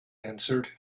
answered